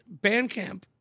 Bandcamp